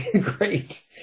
great